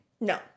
No